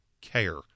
care